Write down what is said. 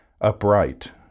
upright